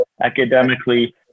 academically